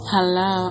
Hello